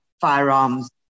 firearms